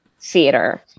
Theater